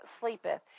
sleepeth